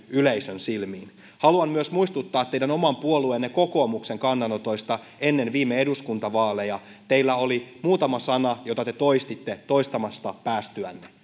yleisön silmiin haluan myös muistuttaa teidän oman puolueenne kokoomuksen kannanotoista ennen viime eduskuntavaaleja teillä oli muutama sana joita te toistitte toistamasta päästyänne